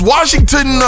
Washington